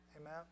Amen